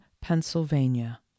pennsylvania